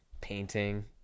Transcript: painting